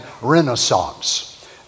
Renaissance